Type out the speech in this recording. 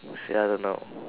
say I don't know